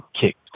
kick